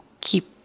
keep